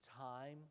time